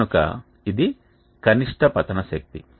కనుక ఇది కనిష్ట పతన శక్తి